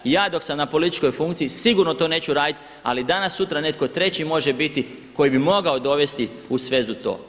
Ja dok sam na političkoj funkciji sigurno to neću raditi, ali danas sutra netko treći može biti koji bi mogao dovesti u svezu to.